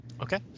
Okay